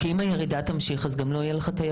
אם הירידה תמשיך אז גם לא תהיה תיירות,